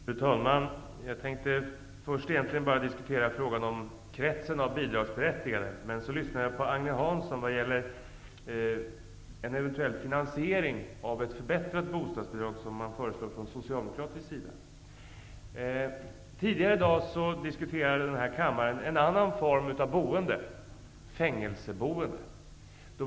Fru talman! Jag tänkte egentligen bara diskutera frågan om kretsen av bidragsberättigade, men så lyssnade jag på Agne Hansson när han talade om en eventuell finansiering av ett förbättrat bostadsbidrag, som föreslås från socialdemokratisk sida. I kammaren diskuterades det tidigare i dag en annan form av boende, fängelseboende.